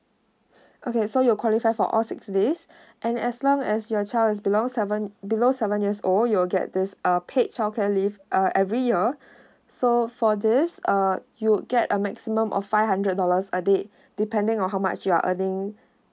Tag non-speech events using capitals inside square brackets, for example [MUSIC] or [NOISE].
[BREATH] okay so you're qualified for all six days [BREATH] and as long as your child is belong seven below seven years old you will get this uh paid childcare leave uh every year [BREATH] so for this uh you would get a maximum of five hundred dollars a day [BREATH] depending on how much you're earning [BREATH]